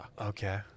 Okay